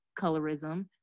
colorism